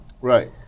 Right